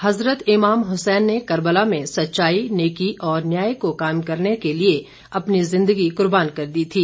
हजरत Imam Hussain ने Karbala में सच्चाई नेकी और न्याय को कायम रखने के लिए अपनी जिंदगी कुर्बान कर दी थी